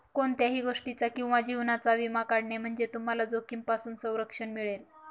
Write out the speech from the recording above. कोणत्याही गोष्टीचा किंवा जीवनाचा विमा काढणे म्हणजे तुम्हाला जोखमीपासून संरक्षण मिळेल